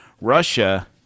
Russia